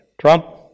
Trump